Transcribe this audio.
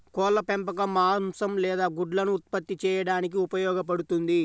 కోళ్ల పెంపకం మాంసం లేదా గుడ్లను ఉత్పత్తి చేయడానికి ఉపయోగపడుతుంది